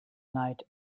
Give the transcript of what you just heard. night